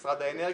את משרד האנרגיה,